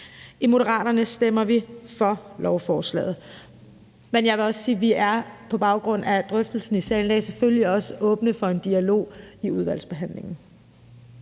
I Moderaterne stemmer vi for lovforslaget, men jeg vil også sige, at vi på baggrund af drøftelsen i salen i dag selvfølgelig også er åbne for en dialog i udvalgsbehandlingen.